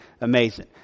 amazing